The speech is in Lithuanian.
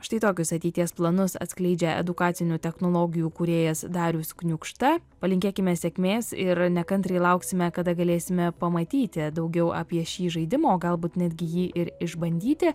štai tokius ateities planus atskleidžia edukacinių technologijų kūrėjas darius kniukšta palinkėkime sėkmės ir nekantriai lauksime kada galėsime pamatyti daugiau apie šį žaidimą o galbūt netgi jį ir išbandyti